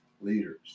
leaders